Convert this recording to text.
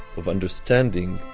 of understanding,